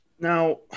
Now